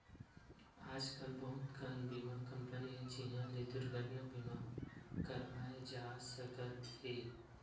आजकल बहुत कन बीमा कंपनी हे जिंहा ले दुरघटना बीमा करवाए जा सकत हे